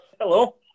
Hello